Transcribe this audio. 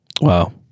Wow